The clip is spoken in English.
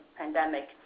pandemic